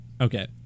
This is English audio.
Okay